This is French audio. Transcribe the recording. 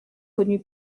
connu